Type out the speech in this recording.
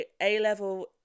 A-level